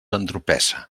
entropessa